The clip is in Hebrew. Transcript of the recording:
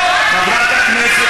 חברת הכנסת ענת ברקו.